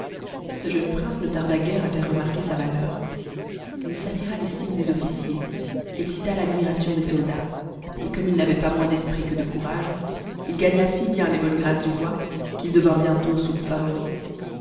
ce jeune prince ne tarda guère à faire remarquer sa valeur il s'attira l'estime des officiers excita l'admiration des soldats et comme il n'avait pas moins d'esprit que de courage il gagna si bien les bonnes grâces du roi qu'il devint bientôt son favori